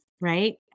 right